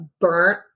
burnt